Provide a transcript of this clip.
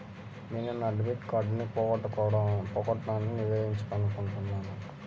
నేను నా డెబిట్ కార్డ్ని పోగొట్టుకున్నాని నివేదించాలనుకుంటున్నాను